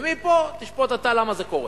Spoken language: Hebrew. מפה תשפוט אתה למה זה קורה.